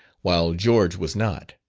while george was not.